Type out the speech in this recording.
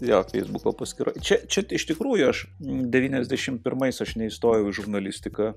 jo feisbuko paskyro čia čia tai iš tikrųjų aš devyniasdešimtai pirmais aš neįstojau į žurnalistiką